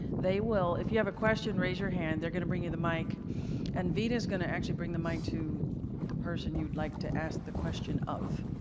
they will if you have a question, raise your hand, they're going to bring you the mic and vida is going to actually bring the mic the person you would like to ask the question of.